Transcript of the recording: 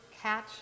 catch